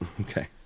Okay